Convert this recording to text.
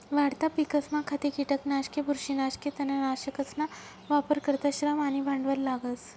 वाढता पिकसमा खते, किटकनाशके, बुरशीनाशके, तणनाशकसना वापर करता श्रम आणि भांडवल लागस